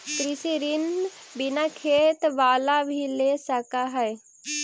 कृषि ऋण बिना खेत बाला भी ले सक है?